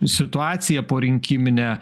situaciją porinkiminę